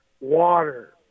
water